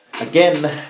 again